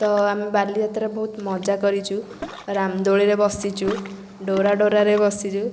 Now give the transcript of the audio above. ତ ଆମେ ବାଲିଯାତ୍ରା ବହୁତ ମଜା କରିଛୁ ରାମଦୋଳିରେ ବସିଛୁ ଡୋରା ଡୋରାରେ ବସିଛୁ